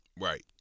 right